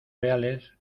reales